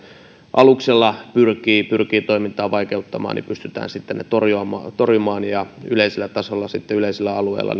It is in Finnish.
aluksella pyrkii pyrkii toimintaa vaikeuttamaan millä tavalla pystytään sitten ne torjumaan torjumaan sitten yleisellä tasolla yleisellä alueella